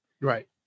Right